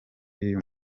y’uyu